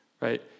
Right